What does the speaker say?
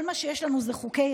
כל מה שיש לנו זה חוקי-יסוד,